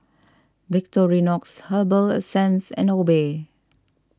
Victorinox Herbal Essences and Obey